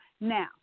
now